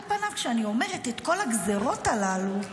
על פניו, כשאני אומרת את כל הגזרות הללו,